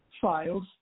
files